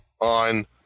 on